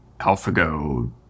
AlphaGo